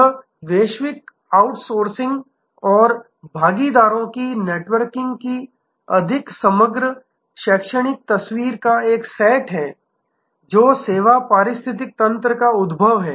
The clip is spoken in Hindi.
यह वैश्विक आउटसोर्सिंग और भागीदारों की नेटवर्किंग की अधिक समग्र शैक्षणिक तस्वीर का एक सेट है जो सेवा पारिस्थितिकी तंत्र का उद्भव है